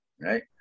right